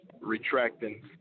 retracting